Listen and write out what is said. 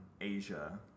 Asia